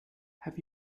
have